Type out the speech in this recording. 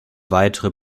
weitere